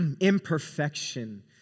imperfection